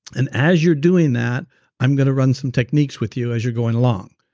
and as you're doing that i'm going to run some techniques with you as you're going along.